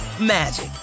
magic